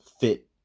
fit